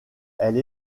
elle